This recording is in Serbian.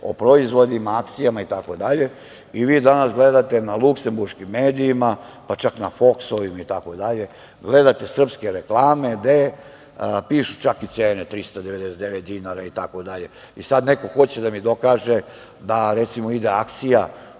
o proizvodima, akcijama itd. I vi danas gledate na luksemburškim medijima, pa čak na „Foksu“, gledate srpske reklame gde pišu čak i cene – 399 dinara itd. I sad neko hoće da mi dokaže da, recimo, ide akcija